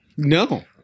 No